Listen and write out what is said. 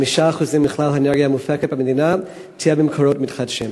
5% מכלל האנרגיה המופקת במדינה יהיו ממקורות מתחדשים.